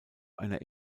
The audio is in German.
einer